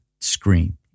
screen